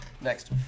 next